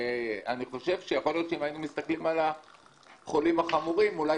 אני חושב שאולי אם היינו מסתכלים רק על החולים החמורים זה אולי